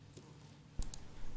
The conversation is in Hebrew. קשה.